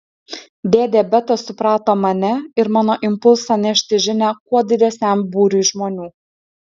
dėdė betas suprato mane ir mano impulsą nešti žinią kuo didesniam būriui žmonių